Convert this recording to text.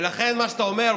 ולכן את מה שאתה אומר,